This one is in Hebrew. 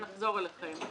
נחזור אליכם.